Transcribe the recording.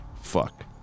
fuck